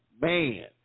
Man